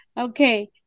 Okay